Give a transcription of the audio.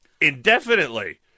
indefinitely